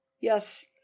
Yes